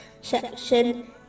section